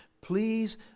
please